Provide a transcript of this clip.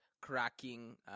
cracking